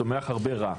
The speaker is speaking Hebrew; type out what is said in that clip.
צומח הרבה רע.